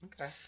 Okay